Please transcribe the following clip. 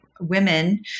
women